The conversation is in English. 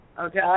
Okay